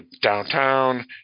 downtown